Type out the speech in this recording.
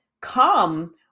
come